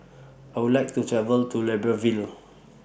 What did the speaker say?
I Would like to travel to Libreville